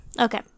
Okay